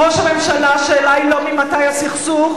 ראש הממשלה, השאלה היא לא ממתי הסכסוך,